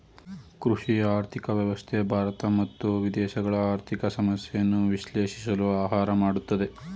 ಕೃಷಿ ಆರ್ಥಿಕ ವ್ಯವಸ್ಥೆ ಭಾರತ ಮತ್ತು ವಿದೇಶಗಳ ಆರ್ಥಿಕ ಸಮಸ್ಯೆಯನ್ನು ವಿಶ್ಲೇಷಿಸಲು ಸಹಾಯ ಮಾಡುತ್ತದೆ